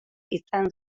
izan